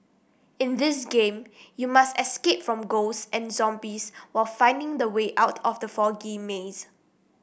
in this game you must escape from ghost and zombies while finding the way out from the foggy maze